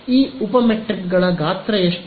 ಆದ್ದರಿಂದ ಈ ಉಪ ಮೆಟ್ರಿಕ್ಗಳ ಗಾತ್ರ ಎಷ್ಟು